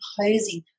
composing